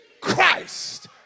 Christ